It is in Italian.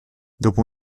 dopo